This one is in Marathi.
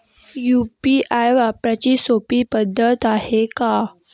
यू.पी.आय वापराची सोपी पद्धत हाय का?